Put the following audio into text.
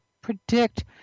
predict